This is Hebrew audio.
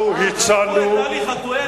שחטו את טלי חטואל,